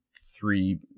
three